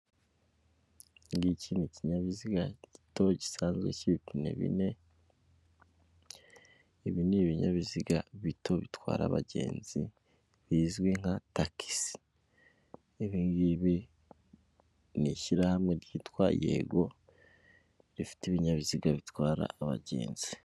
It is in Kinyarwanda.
Iki ngiki ni ikinyabiziga gito gisanzwe k'ibipine bine, ibi n'ibinyabiziga bito bitwara abagenzi, bizwi nka tagisi ibi ngibi ni ishyirahamwe ryitwa yego, rifite ibinyabiziga bitwara abagenzi.